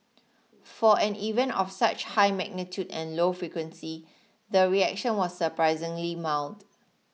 for an event of such high magnitude and low frequency the reaction was surprisingly mild